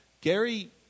Gary